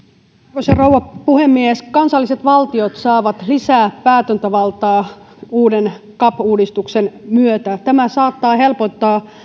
arvoisa rouva puhemies kansalliset valtiot saavat lisää päätäntävaltaa uuden cap uudistuksen myötä tämä saattaa helpottaa